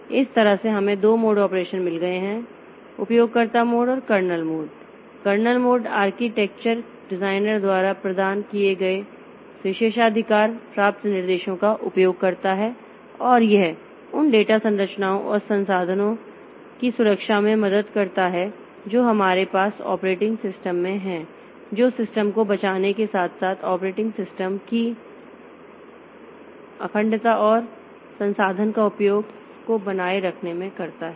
तो इस तरह से हमें दो मोड ऑपरेशन मिल गए हैं उपयोगकर्ता मोड और kernel mode kernel mode architecture designer द्वारा प्रदान किए गए विशेषाधिकार प्राप्त निर्देशों का उपयोग करता है और यह उन डेटा संरचनाओं और संसाधनों की सुरक्षा में मदद करता है जो हमारे पास ऑपरेटिंग सिस्टम में हैं जो सिस्टम को बचाने के साथ साथ ऑपरेटिंग सिस्टम की अखंडता और संसाधन का उपयोग को बनाए रखने में मदद करता है